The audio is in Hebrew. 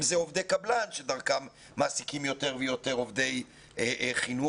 אם זה עובדי קבלן שדרכם מעסיקים יותר ויותר עובדי חינוך,